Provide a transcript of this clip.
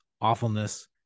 awfulness